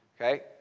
Okay